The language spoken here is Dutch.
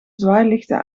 zwaailichten